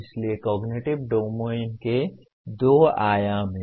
इसलिए cognitive domain के दो आयाम हैं